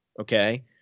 Okay